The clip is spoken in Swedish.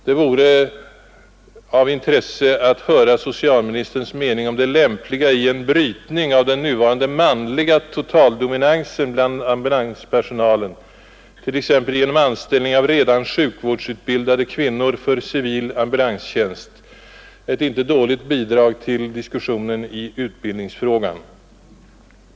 Det vore av intresse att höra socialministerns mening om det lämpliga i en brytning av den nuvarande manliga totaldominansen bland ambulanspersonalen, t.ex. genom anställning av redan sjukvårdsutbildade kvinnor för civil ambulanstjänst — ett inte dåligt bidrag till diskussionen i utbildningsfrågan.